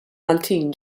maltin